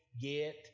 get